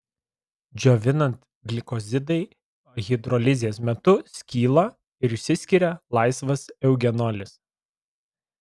džiovinant glikozidai hidrolizės metu skyla ir išsiskiria laisvas eugenolis